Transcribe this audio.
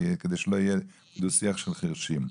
כדי שלא יהיה דו שיח של חירשים.